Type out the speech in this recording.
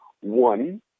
One